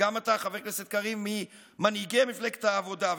וגם אתה, חבר כנסת קריב, ממנהיגי מפלגת העבודה.